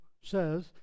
says